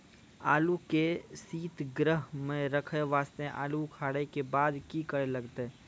आलू के सीतगृह मे रखे वास्ते आलू उखारे के बाद की करे लगतै?